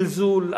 זלזול,